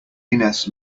ines